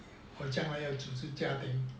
将来要主持家庭